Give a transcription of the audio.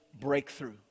breakthrough